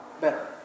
better